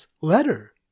letter